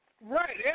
Right